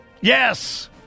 Yes